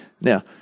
Now